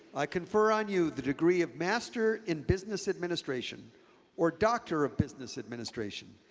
i confer on you the degree of master in business administration or doctor of business administration,